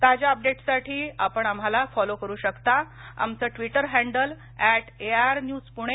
ताज्या अपडेटससाठी आपण आम्हाला फॉलो करु शकता आमचं Twitter handle at AIR news Pune